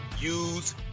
use